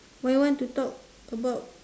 what you want to talk about